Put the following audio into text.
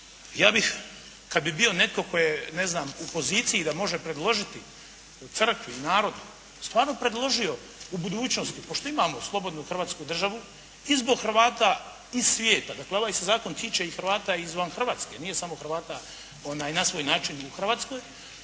ja bih kada bi bio netko tko je ne znam, u poziciji tko može predložiti crkvi i narodu, stvarno predložio u budućnosti, pošto imamo slobodu Hrvatsku državu i zbog Hrvata iz svijeta, dakle ovaj se zakon tiče i Hrvata izvan Hrvatske, nije samo Hrvata na svoj način u Hrvatskoj.